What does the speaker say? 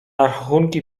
rachunki